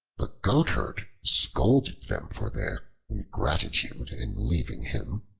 the goatherd scolded them for their ingratitude in leaving him,